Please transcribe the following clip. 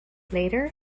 later